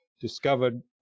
discovered